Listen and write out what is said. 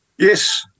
Yes